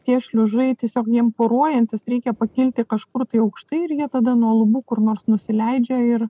tie šliužai tiesiog jiem poruojantis reikia pakilti kažkur aukštai ir jie tada nuo lubų kur nors nusileidžia ir